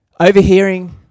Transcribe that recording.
overhearing